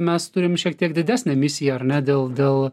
mes turim šiek tiek didesnę misiją ar ne dėl dėl